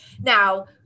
Now